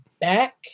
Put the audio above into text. back